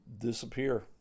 disappear